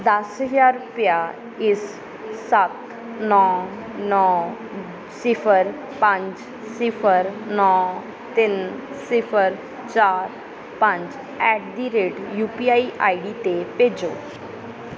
ਦਸ ਹਜ਼ਾਰ ਰੁਪਇਆ ਰੁਪਏ ਇਸ ਸੱਤ ਨੌ ਨੌ ਸਿਫਰ ਪੰਜ ਸਿਫਰ ਨੌ ਤਿੰਨ ਸਿਫਰ ਚਾਰ ਪੰਜ at the rate U P I I D 'ਤੇ ਭੇਜੋ